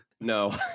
No